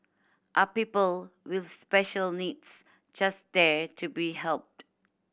are people with special needs just there to be helped